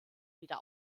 wieder